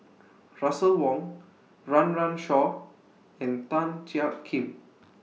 Russel Wong Run Run Shaw and Tan Jiak Kim